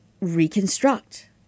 reconstruct